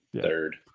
Third